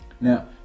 Now